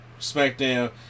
SmackDown